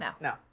no